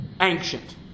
ancient